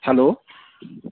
hello